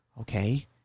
Okay